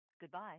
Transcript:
Goodbye